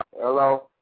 Hello